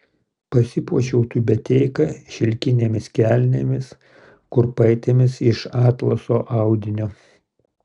pasipuošiau tiubeteika šilkinėmis kelnėmis kurpaitėmis iš atlaso audinio